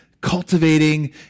cultivating